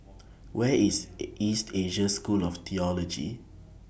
Where IS East Asia School of Theology